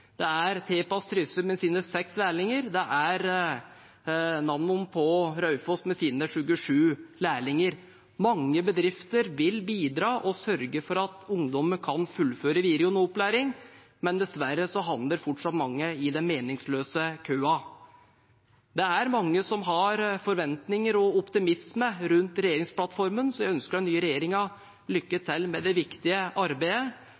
det er Nammo på Raufoss med sine 27 lærlinger. Mange bedrifter vil bidra og sørge for at ungdommen kan fullføre videregående opplæring, men dessverre havner fortsatt mange i den meningsløse køen. Det er mange som har forventninger og optimisme rundt regjeringsplattformen, så jeg ønsker den nye regjeringen lykke til med det viktige arbeidet